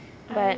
but